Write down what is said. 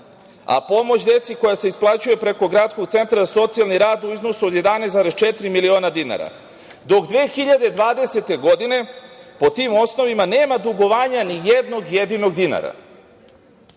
a pomoć deci koja se isplaćuje preko Gradskog centra za socijalni rad u iznosu od 11,4 miliona dinara, dok 2020. godine po tim osnovima nema dugovanja ni jednog jedinog dinara. Moram